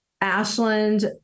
Ashland